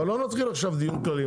אבל לא נתחיל עכשיו דיון כללי,